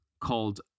called